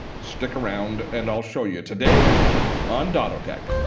stick around and i'll show you today on dottotech.